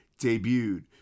debuted